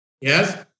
Yes